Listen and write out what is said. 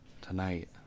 Tonight